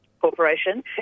corporation